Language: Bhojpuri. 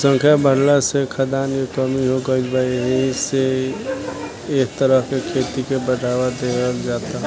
जनसंख्या बाढ़ला से खाद्यान के कमी हो गईल बा एसे एह तरह के खेती के बढ़ावा देहल जाता